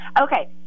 Okay